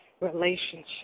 relationship